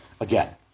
again